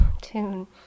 tune